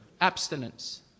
Abstinence